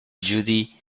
judy